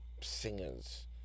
singers